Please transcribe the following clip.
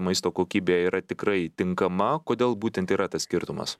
maisto kokybė yra tikrai tinkama kodėl būtent yra tas skirtumas